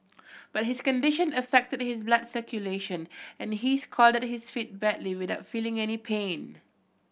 but his condition affected his blood circulation and he scalded his feet badly without feeling any pain